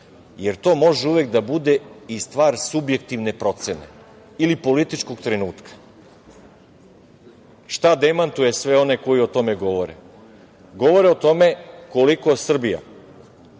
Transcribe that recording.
jer to može uvek da bude i stvar subjektivne procene ili političkog trenutka. Šta demantuje sve one koji o tome govore? Govore o tome koliko Srbija